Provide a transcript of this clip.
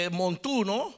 montuno